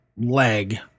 leg